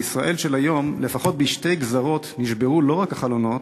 בישראל של היום לפחות בשתי גזרות נשברו לא רק החלונות,